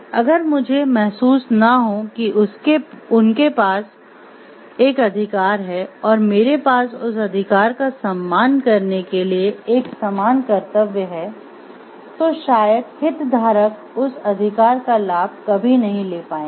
अगर मुझे महसूस ना हो कि उनके पास एक अधिकार है और मेरे पास उस अधिकार का सम्मान करने के लिए एक समान कर्तव्य है तो शायद हितधारक उस अधिकार का लाभ कभी नहीं ले पाएंगे